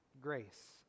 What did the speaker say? grace